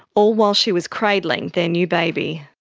all while she was cradling their new baby.